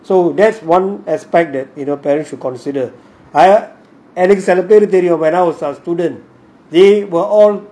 so that's one aspect that either parents should consider I சிலபேருக்குதெரியும் when I was a student they were all